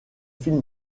film